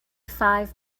five